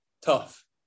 Tough